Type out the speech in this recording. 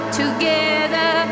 together